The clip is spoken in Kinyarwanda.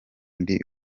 ndi